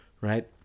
Right